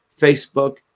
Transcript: Facebook